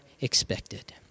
expected